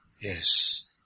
Yes